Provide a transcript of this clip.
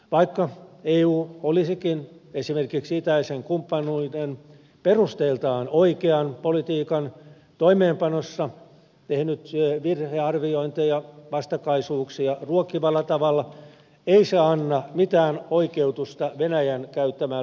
vaikka eu olisikin esimerkiksi itäisen kumppanuuden perusteiltaan oikean politiikan toimeenpanossa tehnyt virhearviointeja vastakkaisuuksia ruokkivalla tavalla ei se anna mitään oikeutusta venäjän käyttämälle voimapolitiikalle